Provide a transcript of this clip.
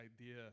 idea